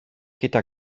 gyda